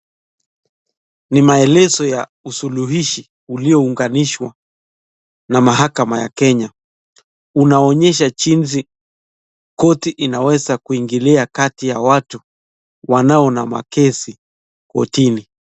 Ni maelezo ya usuluwishi uliounganishwa na mahakama ya Kenya. Unaonyesha jinsi koti inaeza ingilia kati ya watu wanao na makesi kotini.